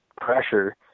pressure